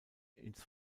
ins